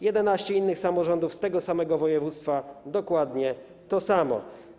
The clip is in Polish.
11 innych samorządów z tego samego województwa - dokładnie to samo.